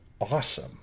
awesome